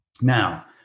Now